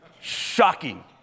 Shocking